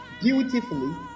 beautifully